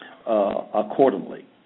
accordingly